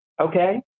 okay